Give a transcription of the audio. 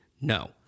No